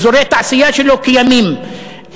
אזורי תעשייה שלא קיימים,